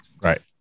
right